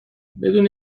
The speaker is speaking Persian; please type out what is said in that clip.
بدون